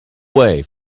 way